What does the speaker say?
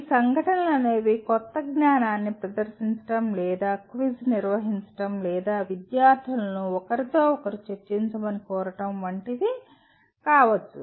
ఈ సంఘటనలు అనేవి కొంత కొత్త జ్ఞానాన్ని ప్రదర్శించడం లేదా క్విజ్ నిర్వహించడం లేదా విద్యార్థులను ఒకరితో ఒకరు చర్చించమని కోరడం వంటివి కావచ్చు